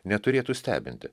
neturėtų stebinti